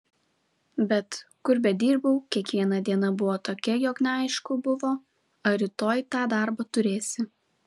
bet kur bedirbau kiekviena diena buvo tokia jog neaišku buvo ar rytoj tą darbą turėsi